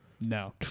No